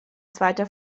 zweiter